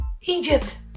Egypt